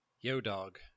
Yo-dog